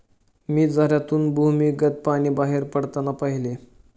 मी झऱ्यातून भूमिगत पाणी बाहेर पडताना पाहिले